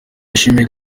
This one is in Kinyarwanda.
yashimiye